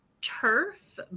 turf